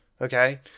okay